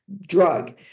drug